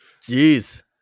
Jeez